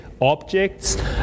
objects